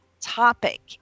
topic